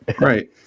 Right